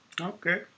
Okay